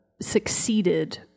succeeded